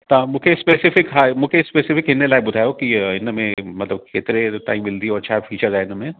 तव्हां मूंखे स्पेसिफ़िक हा मूंखे स्पेसिफ़िक इन लाइ ॿुधायो की इनमें मतिलब केतिरे ताईं मिलिदी और छा फ़ीचर आहे इनमें